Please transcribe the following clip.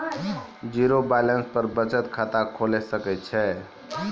Zero balance पर बचत खाता खोले सकय छियै?